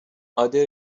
other